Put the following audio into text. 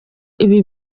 ibi